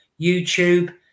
YouTube